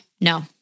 No